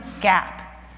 gap